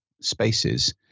spaces